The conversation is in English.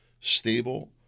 stable